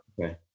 okay